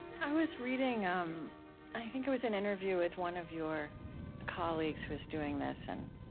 i was reading um i think it was an interview with one of your colleagues who was doing this, and